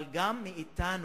אבל גם מאתנו,